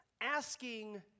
asking